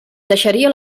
deixaria